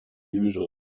usual